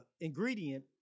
ingredient